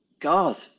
God